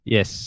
Yes